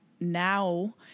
now